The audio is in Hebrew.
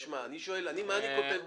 אני שואל מה אני כותב בחוק?